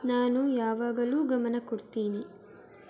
ನಾನು ಯಾವಾಗಲೂ ಗಮನ ಕೊಡ್ತೀನಿ